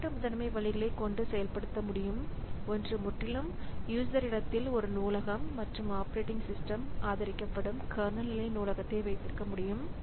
இரண்டு முதன்மை வழிகளை கொண்டு செயல்படுத்த முடியும் ஒன்று முற்றிலும் பயனர் இடத்தில் ஒரு நூலகம் மற்றும் ஆப்பரேட்டிங் சிஸ்டம் ஆதரிக்கப்படும் கர்னல் நிலை நூலகத்தை வைத்திருக்க முடியும்